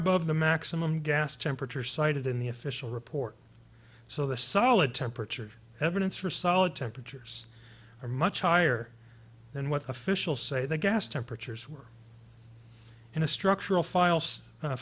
above the maximum gas temperature cited in the official report so the solid temperature evidence for solid temperatures are much higher than what officials say the gas temperatures were in a structural files